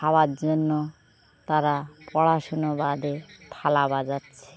খাওয়ার জন্য তারা পড়াশুনো বাদে থালা বাজাচ্ছে